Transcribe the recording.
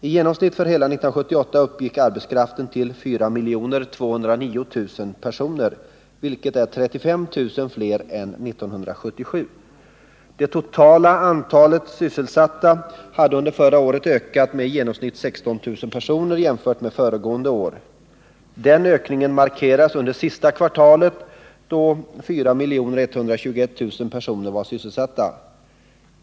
I genomsnitt för hela 1978 uppgick arbetskraften till 4 209 000 personer, vilket är 35 000 fler än 1977. Det totala antalet sysselsatta ökade under förra året med i genomsnitt 16 000 personer jämfört med föregående år. Den ökningen markerades under sista kvartalet då 4 121 000 personer var sysselsatta.